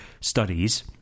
studies